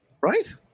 Right